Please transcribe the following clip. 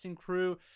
crew